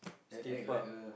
Scape park